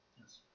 Yes